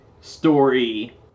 story